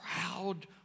proud